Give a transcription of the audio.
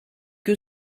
que